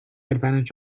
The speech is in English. advantage